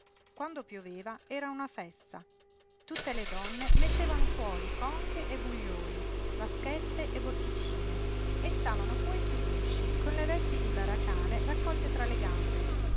quando pioveva era una festa tutte le donne mettevan fuori conche e buglioli vaschette e botticine e stavano poi su gli usci con le vesti di baracane raccolte tra le gambe